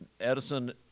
Edison